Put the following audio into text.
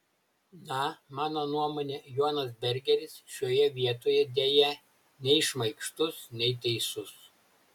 na mano nuomone jonas bergeris šioje vietoje deja nei šmaikštus nei teisus